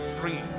free